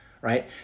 right